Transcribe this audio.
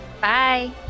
Bye